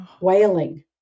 wailing